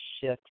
shift